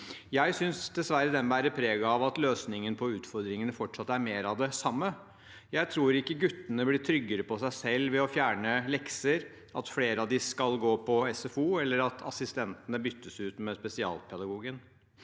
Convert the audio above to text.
Jeg synes dessverre den bærer preg av at løsningen på utfordringene fortsatt er mer av det samme. Jeg tror ikke guttene blir tryggere på seg selv ved å fjerne lekser, ved at flere av dem skal gå på SFO, eller ved at assistentene byttes ut med spesialpedagoger.